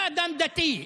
אתה אדם דתי.